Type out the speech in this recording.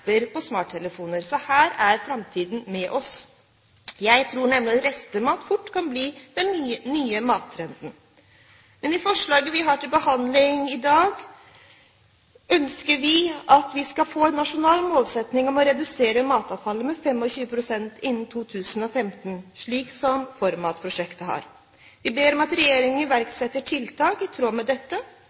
restemat fort kan bli den nye mattrenden. Men i forslaget som vi har til behandling i dag, ønsker vi å få en nasjonal målsetting om å redusere matavfallet med 25 pst. innen 2015, slik som ForMat-prosjektet har. Vi ber om at regjeringen iverksetter tiltak i tråd med dette,